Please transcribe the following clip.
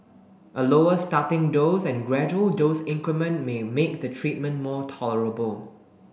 a lower starting dose and gradual dose increment may make the treatment more tolerable